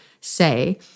say